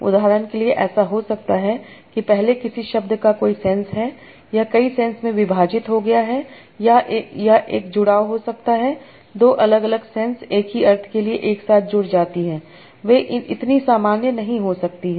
उदाहरण के लिए ऐसा हो सकता है कि पहले किसी शब्द का कोई सेंस है यह कई सेंस में विभाजित हो गया है या यह एक जुड़ाव हो सकता है दो अलग अलग सेन्स एक ही अर्थ के लिए एक साथ जुड़ जाती हैं वे इतनी सामान्य नहीं हो सकती हैं